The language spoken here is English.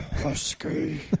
husky